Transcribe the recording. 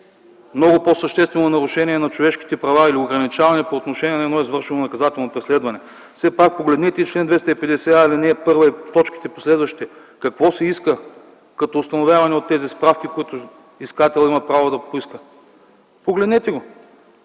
много по-съществено нарушение на човешките права или ограничаване по отношение на едно извършено наказателно преследване. Все пак погледнете и чл. 250а, ал. 1 и последващите точки какво се иска като установяване от тези справки, които искателят има право да поиска. Погледнете го!